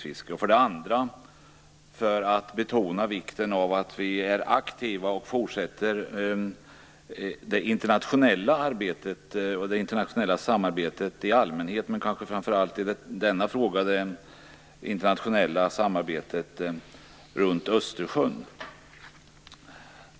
För det andra ville jag betona vikten av att vi är aktiva och fortsätter det internationella samarbetet - dels i allmänhet, dels kanske framför allt runt Östersjön.